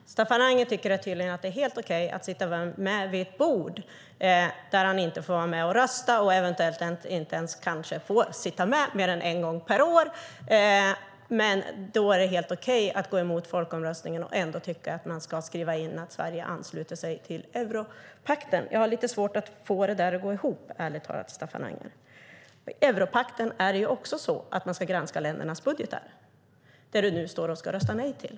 Herr talman! Staffan Anger tycker tydligen att det är helt okej att sitta med vid ett bord där han inte får rösta och där han kanske inte ens får sitta med mer än en gång per år. Då är det helt okej att gå emot folkomröstningen och tycka att man ska skriva in att Sverige ansluter sig till europakten. Jag har svårt att få det att gå ihop, Staffan Anger. I europakten ska man ju också granska ländernas budgetar, något som du nu ska rösta nej till.